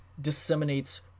disseminates